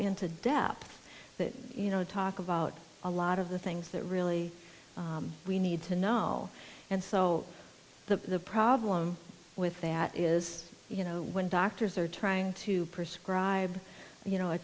into depth that you know talk about a lot of the things that really we need to know and so the problem with that is you know when doctors are trying to prescribe you know a